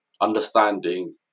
understanding